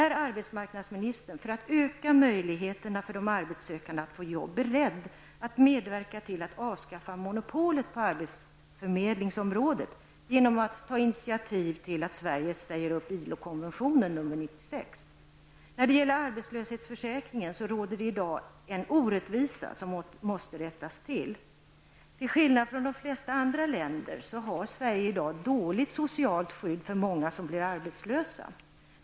Är arbetsmarknadsministern, för att öka möjligheterna för de arbetssökande att få jobb, beredd att medverka till att monopolet på arbetsförmedlingsområdet avskaffas genom att ta initiativ till att Sverige säger upp ILO När det gäller arbetslöshetsförsäkringen finns det i dag orättvisor som vi måste komma till rätta med. Till skillnad från de flesta andra länder har Sverige i dag i många fall ett dåligt socialt skydd att erbjuda dem som blir arbetslösa.